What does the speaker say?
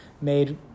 made